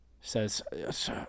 says